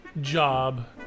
job